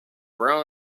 brown